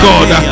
God